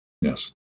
Yes